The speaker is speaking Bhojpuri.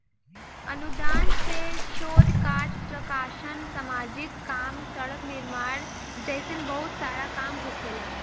अनुदान से शोध काज प्रकाशन सामाजिक काम सड़क निर्माण जइसन बहुत सारा काम होखेला